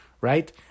right